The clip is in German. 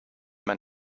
mein